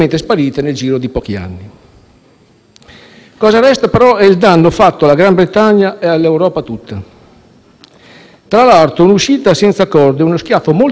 Cosa resta, però, è il danno fatto alla Gran Bretagna e all'Europa tutta. Tra l'altro, un'uscita senza accordo è uno schiaffo molto forte a quasi la metà degli inglesi,